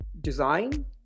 design